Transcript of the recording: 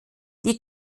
die